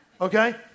okay